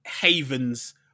havens